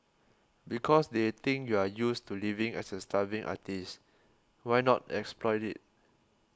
because they think you're used to living as a starving artist why not exploit it